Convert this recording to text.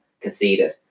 conceded